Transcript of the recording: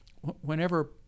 whenever